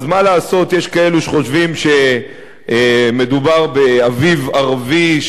אז מה לעשות יש כאלה שחושבים שמדובר באביב ערבי,